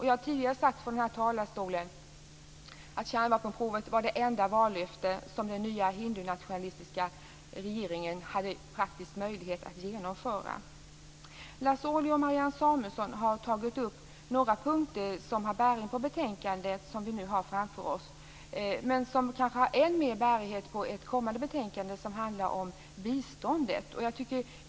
Jag har tidigare sagt från den här talarstolen att kärnvapenprovet var det enda vallöfte som den nya hindunationalistiska regeringen hade praktisk möjlighet att genomföra. Lars Ohly och Marianne Samuelsson har tagit upp några punkter som har bäring på det betänkande vi nu har framför oss. Men de kanske har än mer bärighet på ett kommande betänkande som handlar om biståndet.